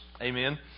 Amen